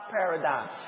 paradigm